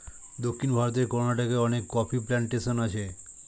দক্ষিণ ভারতের কর্ণাটকে অনেক কফি প্ল্যান্টেশন আছে